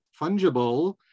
fungible